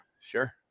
Sure